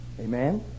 Amen